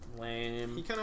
Lame